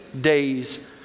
days